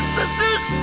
sisters